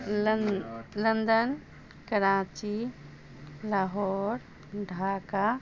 London Karachi Lahore Dhaka